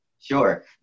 Sure